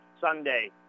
Sunday